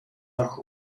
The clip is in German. nach